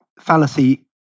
fallacy